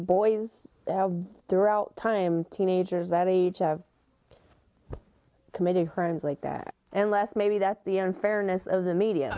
boys throughout time teenagers that age are committing crimes like that unless maybe that's the unfairness of the media